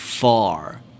far